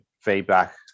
feedback